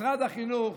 משרד החינוך